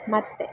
ಮತ್ತು